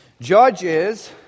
Judges